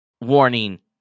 warning